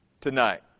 tonight